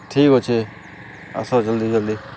ଠିକ୍ ଅଛେ ଆସ ଜଲ୍ଦି ଜଲ୍ଦି